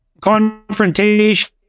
confrontation